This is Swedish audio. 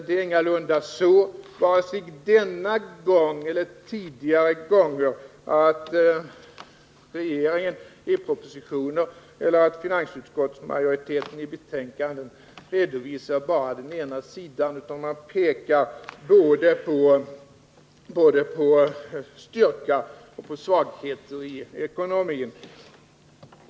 Det är ingalunda så att regeringen, vare sig denna gång eller tidigare gånger, i propositioner eller finansutskottsmajoriteten i betänkanden redovisat bara den ena sidan, utan man har pekat på både styrka och svagheter i ekonomin.